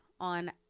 on